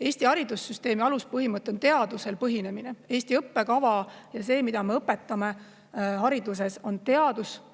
Eesti haridussüsteemi aluspõhimõte on teadusel põhinemine. Eesti õppekava ja see, mida me õpetame hariduses, on teaduspõhine,